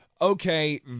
okay